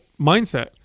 mindset